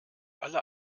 alle